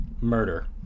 murder